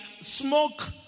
smoke